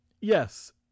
yes